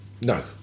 No